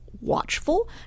watchful